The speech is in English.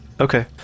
okay